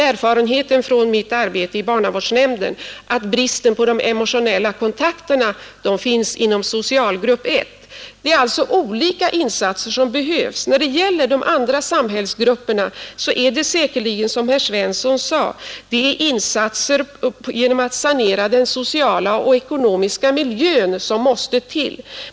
Erfarenheterna från mitt arbete i barnavårdsnämnden tyder i stället på att bristen på emotionella kontakter oftast finns inom socialgrupp 1. Det behövs alltså insatser av olika slag. I de förstnämnda samhällsgrupperna är det säkerligen, som herr Svensson i Kungälv sade, insatser för att sanera den sociala och ekonomiska miljön som måste till.